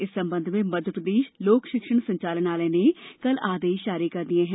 इस संबंध में मप्र लोक शिक्षण संचालनालय ने कल आदेश जारी कर दिए हैं